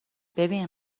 ببین